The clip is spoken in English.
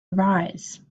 arise